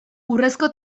urrezko